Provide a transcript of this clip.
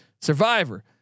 Survivor